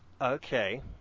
Okay